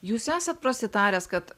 jūs esat prasitaręs kad